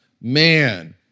man